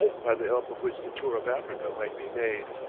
by the help of which the tour of africa might be made.